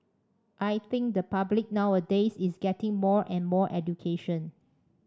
I think the public nowadays is getting more and more education